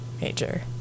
major